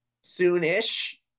soon-ish